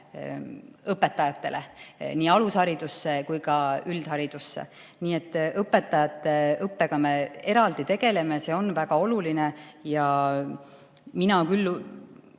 õpetajatele, nii alusharidusse kui ka üldharidusse. Nii et õpetajate õppega me eraldi tegeleme. See on väga oluline ja mina küll